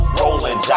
rolling